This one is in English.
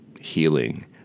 healing